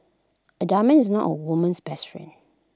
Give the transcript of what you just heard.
A diamond is not A woman's best friend